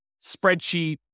spreadsheet